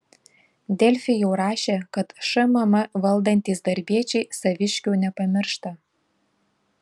delfi jau rašė kad šmm valdantys darbiečiai saviškių nepamiršta